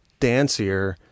dancier